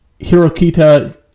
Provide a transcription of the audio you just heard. Hirokita